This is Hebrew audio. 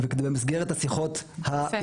ובמסגרת השיחות --- יפה.